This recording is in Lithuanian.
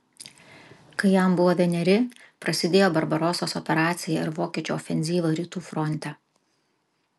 kai jam buvo vieneri prasidėjo barbarosos operacija ir vokiečių ofenzyva rytų fronte